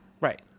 Right